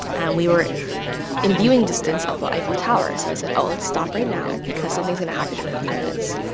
and we were in viewing distance of the eiffel tower. so i said, oh, let's stop right now because something's going to happen in a few minutes.